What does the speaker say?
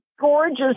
gorgeous